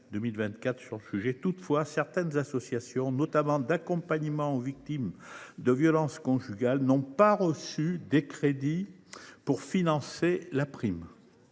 Toutefois, certaines associations, notamment celles qui accompagnent les victimes de violences conjugales, n’ont pas perçu de crédits pour financer la prime